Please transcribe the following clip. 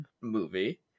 movie